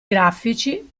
grafici